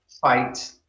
fight